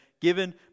given